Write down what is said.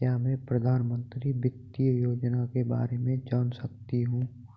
क्या मैं प्रधानमंत्री वित्त योजना के बारे में जान सकती हूँ?